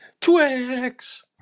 Twix